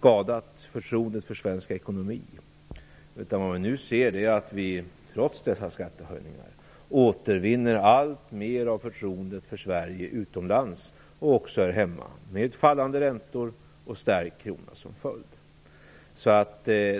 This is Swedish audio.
så att förtroendet för svensk ekonomi skadats. Vad vi nu kan se är att vi trots dessa skattehöjningar återvinner allt mer av förtroendet för Sverige, både utomlands och här hemma, med fallande räntor och stärkt krona som följd.